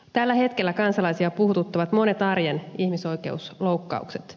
tällä hetkellä kansalaisia puhututtavat monet arjen ihmisoikeusloukkaukset